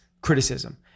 criticism